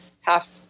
half